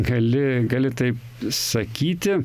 gali gali taip sakyti